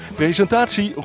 presentatie